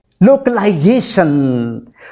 localization